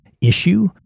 issue